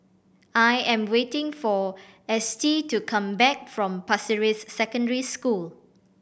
I am waiting for Estie to come back from Pasir Ris Secondary School